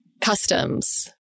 customs